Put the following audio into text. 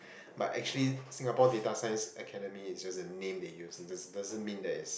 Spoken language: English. but actually Singapore-data-science-Academy is just a name they use it doesn't mean like